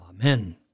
Amen